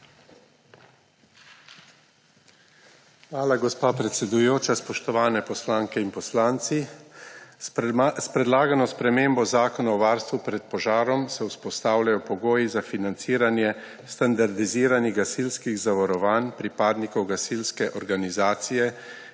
Hvala, gospa predsedujoča. Spoštovani poslanke in poslanci! S predlagano spremembo Zakona o varstvu pred požarom se vzpostavljajo pogoji za financiranje standardiziranih gasilskih zavarovanj pripadnikov gasilske organizacije